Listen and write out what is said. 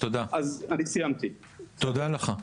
תודה לך.